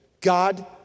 God